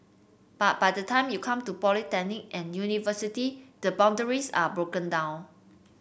but by the time you come to polytechnic and university the boundaries are broken down